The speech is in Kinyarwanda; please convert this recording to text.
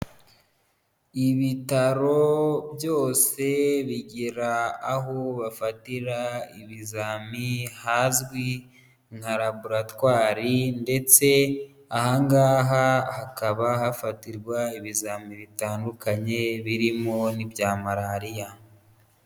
Ibitaro byose bigira aho bafatira ibizami hazwi nka laboratwari ndetse aha ngaha hakaba hafatirwa ibizamini bitandukanye birimo n'ibya malariya.